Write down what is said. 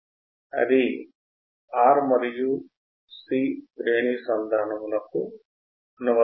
ఇది RC filter లేదా low pass passive filter పాత్ర